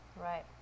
Right